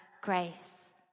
grace